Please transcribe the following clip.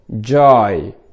Joy